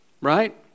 Right